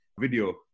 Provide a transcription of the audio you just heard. video